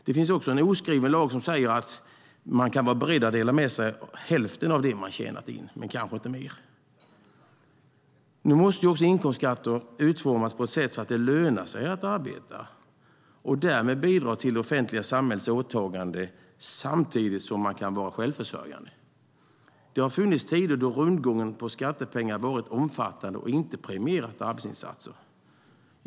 Det finns också en oskriven lag som säger att man kan vara beredd att dela med sig av hälften av det man har tjänat in men kanske inte mer. Inkomstskatterna måste också utformas så att det lönar sig att arbeta och därmed bidra till det offentliga samhällets åtaganden, samtidigt som man kan vara självförsörjande. Det har funnits tider då rundgången på skattepengar har varit omfattande och inte premierat arbetsinsatser.